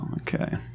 Okay